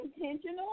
intentional